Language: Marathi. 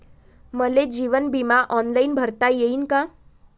मले जीवन बिमा ऑनलाईन भरता येईन का?